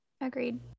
Agreed